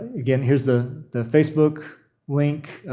again, here's the the facebook link,